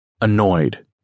Annoyed